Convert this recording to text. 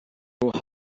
hugged